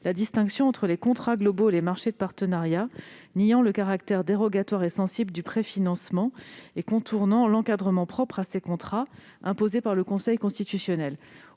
la distinction entre les contrats globaux et les marchés de partenariat, niant le caractère dérogatoire et sensible du préfinancement et contournant l'encadrement propre à ces contrats imposé par le Conseil constitutionnel.